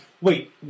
wait